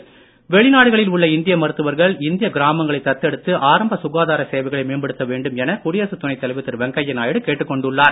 மீண்டும் தலைப்புச் செய்திகள் வெளிநாடுகளில் உள்ள இந்திய மருத்துவர்கள் இந்திய கிராமங்களை தத்தெடுத்து ஆரம்ப சுகாதார சேவைகளை மேம்படுத்த வேண்டும் என குடியரசுத் துணைத் தலைவர் திரு வெங்கைய நாயுடு கேட்டுக் கொண்டுள்ளார்